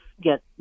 get